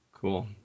Cool